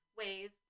ways